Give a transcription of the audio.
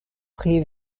pri